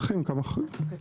צריכים כמה חודשים.